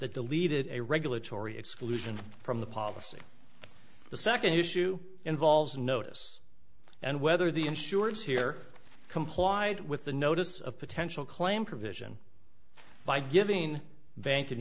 that the lead a regulatory exclusion from the policy the second issue involves notice and whether the insurance here complied with the notice of potential claim provision by giving vankin